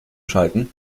schalten